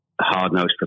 hard-nosed